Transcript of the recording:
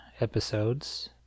episodes